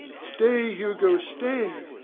stay, hugo, stay!